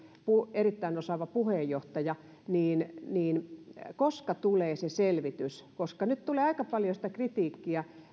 erittäin osaava puheenjohtaja niin niin koska tulee se selvitys nyt tulee aika paljon sitä kritiikkiä